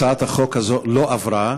הצעת החוק הזאת לא עברה,